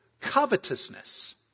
covetousness